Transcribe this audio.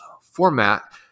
format